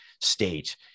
state